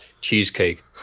cheesecake